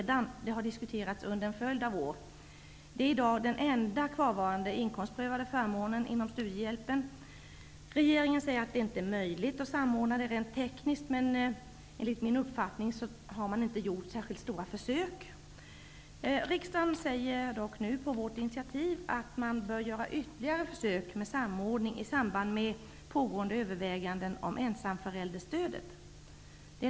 Det har diskuterats under en följd av år. Det är i dag den enda kvarvarande inkomstprövade förmånen inom studiehjälpen. Regeringen säger att det rent tekniskt inte är möjligt att samordna. Enligt min uppfattning har man inte gjort några allvarliga försök. Riksdagen säger dock, på vårt initiativ, att man bör göra ytterligare försök med samordning i samband med pågående överväganden om ensamförälderstödet.